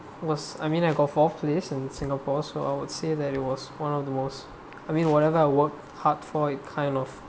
was I mean I got fourth place in the singapore so I would say that it was one of the most I mean whatever I work hard for it kind of